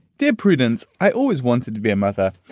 dear prudence, i always wanted to be a mother.